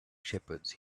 shepherds